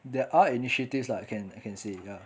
there are initiatives that I can I can say ya